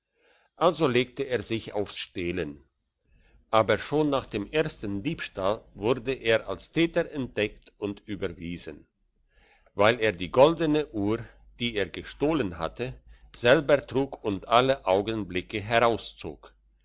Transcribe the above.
also legte er sich aufs stehlen aber schon nach dem ersten diebstahl wurde er als täter entdeckt und überwiesen weil er die goldene uhr die er gestohlen hatte selber trug und alle augenblicke